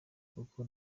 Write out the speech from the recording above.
kuko